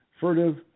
furtive